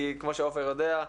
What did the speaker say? כי כמו שעופר יודע,